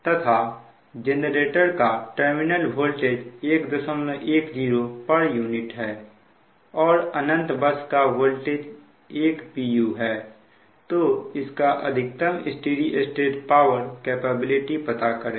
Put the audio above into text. तथा जनरेटर का terminal voltage 110 pu हैं और अनंत बस का वोल्टेज 1 pu है तो इसका अधिकतम स्टेडी स्टेट पावर कैपेबिलिटी पता करें